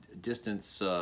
distance